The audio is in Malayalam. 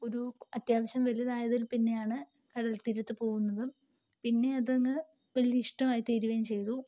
ഒരു അത്യാവശ്യം വലുതായതിൽ പിന്നെയാണ് കടൽത്തീരത്ത് പോവുന്നതും പിന്നെ അതങ്ങ് വലിയിഷ്ടമായി തീരുവയും ചെയ്തു